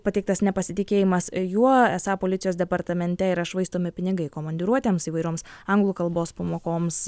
pateiktas nepasitikėjimas juo esą policijos departamente yra švaistomi pinigai komandiruotėms įvairioms anglų kalbos pamokoms